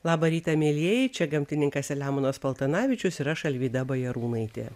labą rytą mielieji čia gamtininkas selemonas paltanavičius ir aš alvyda bajarūnaitė